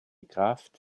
kraft